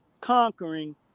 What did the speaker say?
conquering